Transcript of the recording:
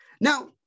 Now